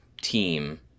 team